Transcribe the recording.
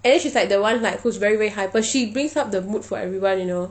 and then she's like the one like who's very very hyper she brings up the mood for everyone you know